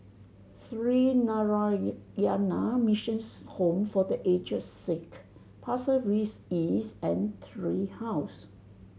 Sree Narayana Mission Home for The Aged Sick Pasir Ris East and Tree House